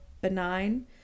benign